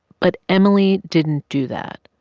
but emily didn't do that.